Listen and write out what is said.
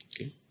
Okay